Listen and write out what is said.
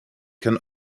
can